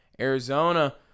Arizona